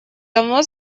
давно